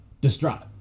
distraught